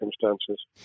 circumstances